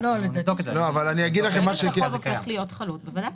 ברגע שהחוב הופך להיות חלוט, בוודאי.